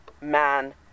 man